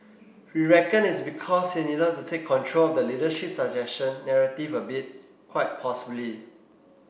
we reckon it's because he needed to take control of the leadership succession narrative a bit quite possibly